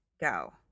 go